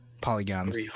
polygons